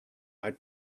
are